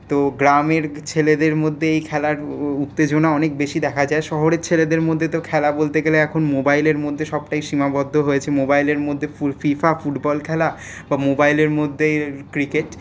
তো গ্রামের ছেলেদের মধ্যে এই খেলার উত্তেজনা অনেক বেশী দেখা যায় শহরের ছেলেদের মধ্যে তো খেলা বলতে গেলে এখন মোবাইলের মধ্যে সবটাই সীমাবদ্ধ হয়েছে মোবাইলের মধ্যে ফু ফিফা ফুটবল খেলা বা মোবাইলের মধ্যেই ক্রিকেট